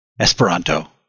Esperanto